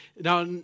Now